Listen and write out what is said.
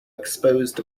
exposed